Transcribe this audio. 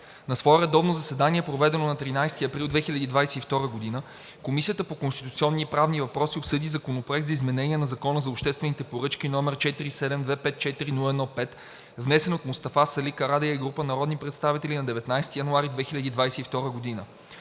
На свое редовно заседание, проведено на 13 април 2022 г., Комисията по конституционни и правни въпроси обсъди Законопроект за изменение на Закона за обществените поръчки, № 47-254-01-5, внесен от Мустафа Сали Карадайъ и група народни представители на 19 януари 2022 г.